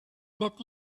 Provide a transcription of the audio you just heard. that